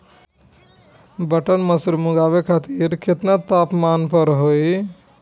Button mushroom उगावे खातिर केतना तापमान पर होई?